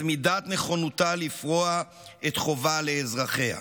"את מידת נכונותה לפרוע את חובה לאזרחיה".